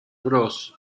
bros